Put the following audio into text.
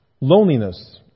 Loneliness